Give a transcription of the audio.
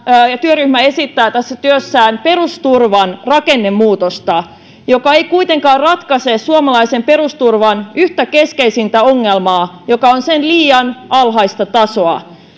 työryhmä esittää tässä työssään perusturvan rakennemuutosta joka ei kuitenkaan ratkaise suomalaisen perusturvan yhtä keskeisintä ongelmaa joka on sen liian alhainen taso